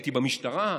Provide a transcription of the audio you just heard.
הייתי במשטרה,